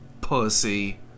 PUSSY